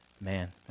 Man